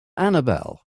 annabelle